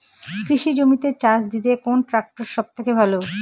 কৃষি জমিতে চাষ দিতে কোন ট্রাক্টর সবথেকে ভালো?